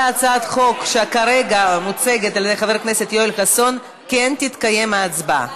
על הצעת החוק שחבר הכנסת יואל חסון מציג כרגע כן תתקיים הצבעה.